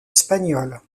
espagnoles